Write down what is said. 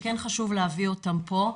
שכן חשוב להביא אותם פה.